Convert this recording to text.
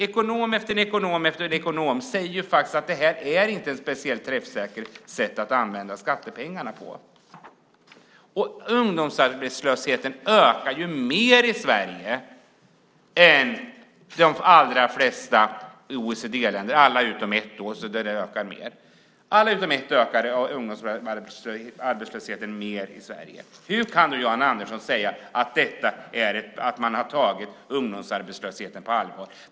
Ekonom efter ekonom säger att det här inte är något speciellt träffsäkert sätt att använda skattepengarna. Ungdomsarbetslösheten ökar ju mer i Sverige än i de flesta OECD-länder. Det är bara ett där det ökar mer. Hur kan då Jan Andersson säga att man har tagit ungdomsarbetslösheten på allvar?